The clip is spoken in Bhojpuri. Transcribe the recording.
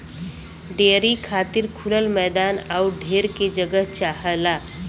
डेयरी खातिर खुलल मैदान आउर ढेर के जगह चाहला